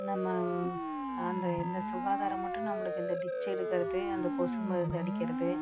நம்ம அந்த இந்த சுகாதாரமற்ற நம்மளுக்கு இந்த டிச்சு எடுக்கிறது அந்த கொசு மருந்து அடிக்கிறது